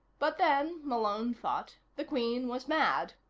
but then, malone thought, the queen was mad.